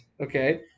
Okay